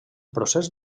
procés